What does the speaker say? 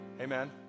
Amen